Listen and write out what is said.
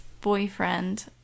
boyfriend